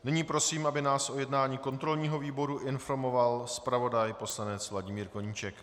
Nyní prosím, aby nás o jednání kontrolního výboru informoval zpravodaj poslanec Vladimír Koníček.